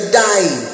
die